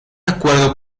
acuerdo